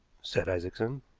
said isaacson.